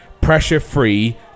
pressure-free